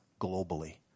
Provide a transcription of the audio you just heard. globally